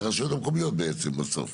זה הרשויות המקומיות בעצם בסוף.